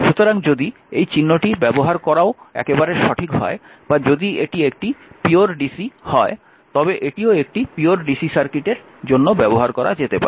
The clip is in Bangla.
সুতরাং যদি এই চিহ্নটি ব্যবহার করাও একেবারে সঠিক হয় বা যদি এটি একটি পিওর ডিসি হয় তবে এটিও একটি পিওর ডিসি সার্কিটের জন্য ব্যবহার করা যেতে পারে